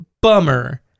Bummer